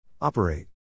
Operate